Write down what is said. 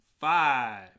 five